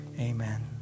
amen